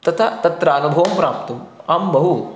तथा तत्र अनुभवं प्राप्तुम् अहं बहु